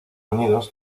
unidos